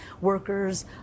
workers